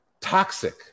Toxic